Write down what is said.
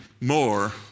more